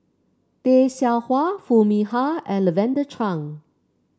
Tay Seow Huah Foo Mee Har and Lavender Chang